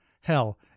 Hell